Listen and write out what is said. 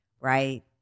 right